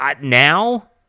Now